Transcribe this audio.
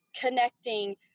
connecting